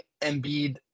Embiid